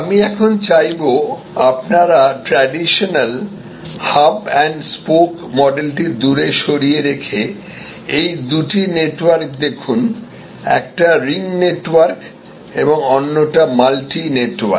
আমি এখন চাইবো আপনারা ট্র্যাডিশনাল হাব এন্ড স্পোক মডেলটি দূরে সরিয়ে রেখে এই দুটি নেটওয়ার্ক দেখুন একটা রিং নেটওয়ার্ক অন্যটি মাল্টি নেটওয়ার্ক